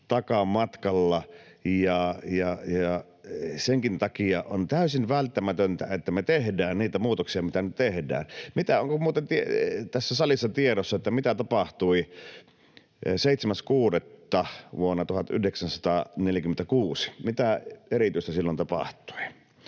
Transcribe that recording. takamatkalla. Senkin takia on täysin välttämätöntä, että me tehdään niitä muutoksia, mitä nyt tehdään. Onko muuten tässä salissa tiedossa, mitä tapahtui 7.6. vuonna 1946? Mitä erityistä silloin tapahtui?